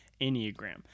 Enneagram